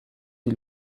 die